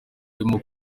arimo